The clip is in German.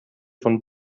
von